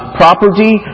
property